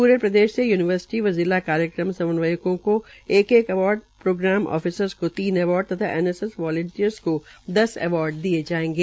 पूरे प्रदेश से यूनिवर्सिटी व जिला कार्यक्रम समन्वयकों को एक एक अवार्ड प्रोग्राम आफिसरस को तीन अवार्ड तथा एनएसएस वालिंटरियर्स को दस अवार्ड दिये जायेंगे